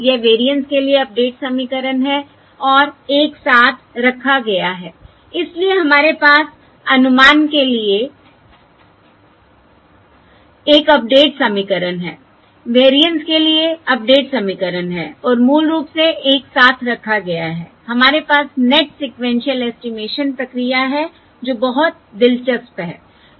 यह वेरिएंस के लिए अपडेट समीकरण है और एक साथ रखा गया है इसलिए हमारे पास अनुमान के लिए एक अपडेट समीकरण है वेरिएंस के लिए अपडेट समीकरण है और मूल रूप से एक साथ रखा गया है हमारे पास नेट सीक्वेन्शिअल एस्टिमेशन प्रक्रिया है जो बहुत दिलचस्प है